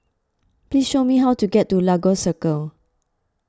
please show me how to get to Lagos Circle